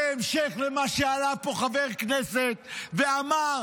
זה המשך לכך שעלה פה חבר כנסת ואמר: